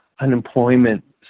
unemployment